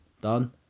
done